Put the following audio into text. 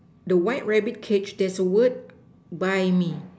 the white rabbit cage there's a word buy me